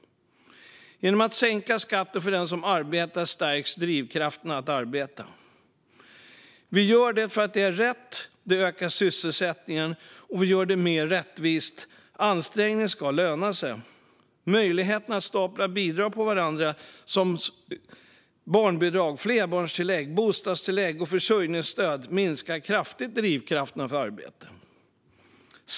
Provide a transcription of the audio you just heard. Genom att sänka skatten för dem som arbetar stärks drivkrafterna att arbeta. Vi gör det för att det är rätt och ökar sysselsättningen. Vi gör det mer rättvist: Ansträngning ska löna sig. Möjligheten att stapla bidrag på varandra, som barnbidrag, flerbarnstillägg, bostadstillägg och försörjningsstöd minskar kraftigt drivkrafterna för arbete.